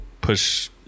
push